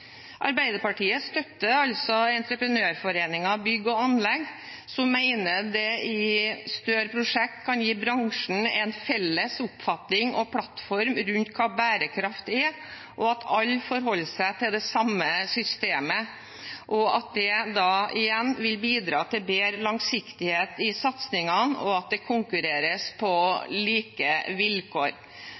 Arbeiderpartiet støtter Entreprenørforeningen – Bygg og Anlegg, som mener CEEQUAL i større prosjekter kan gi bransjen en felles oppfatning og plattform rundt hva bærekraft er. At alle forholder seg til det samme systemet, vil igjen bidra til bedre langsiktighet i satsingene og til at det konkurreres på like vilkår.